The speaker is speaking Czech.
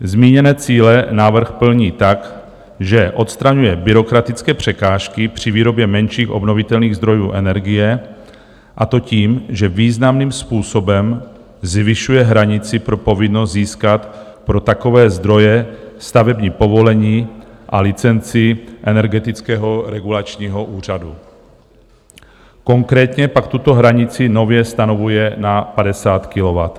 Zmíněné cíle návrh plní tak, že odstraňuje byrokratické překážky při výrobě menších obnovitelných zdrojů energie, a to tím, že významným způsobem zvyšuje hranici pro povinnost získat pro takové zdroje stavební povolení a licenci Energetického regulačního úřadu, konkrétně pak tuto hranici nově stanovuje na 50 kilowatthodin.